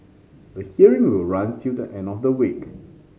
the hearing will run till the end of the week